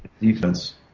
Defense